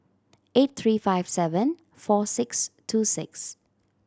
eight three five seven four six two six